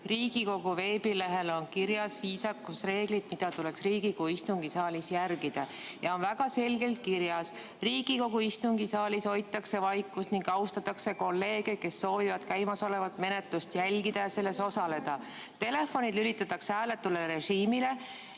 Riigikogu veebilehel on kirjas viisakusreeglid, mida tuleks Riigikogu istungisaalis järgida. Seal on väga selgelt kirjas, et Riigikogu istungisaalis hoitakse vaikust ning austatakse kolleege, kes soovivad käimasolevat menetlust jälgida ja selles osaleda, telefonid lülitatakse hääletule režiimile